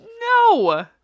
No